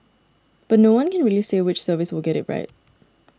but no one can really say which service will get it right